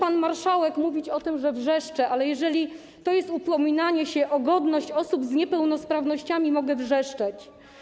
Pan marszałek może mówić o tym, że wrzeszczę, ale jeżeli to jest upominanie się o godność osób z niepełnosprawnościami - mogę wrzeszczeć.